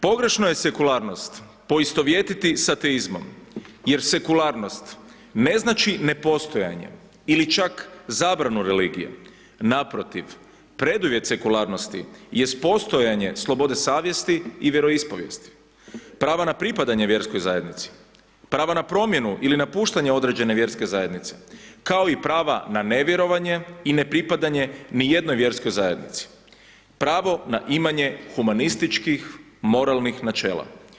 Pogrešno je sekularnost poistovjetiti sa teizmom jer sekularnost ne znači nepostojanje ili čak zabranu religija, naprotiv, preduvjet sekularnosti jest postojanje slobode savjesti i vjeroispovijesti, prava na pripadanje vjerskoj zajednici, prava na promjenu ili napuštanja određene vjerske zajednice kao i prava na nevjerovanje i nepripadanje nijednoj vjerskoj zajednici, pravo na imanje humanističkih moralnih načela.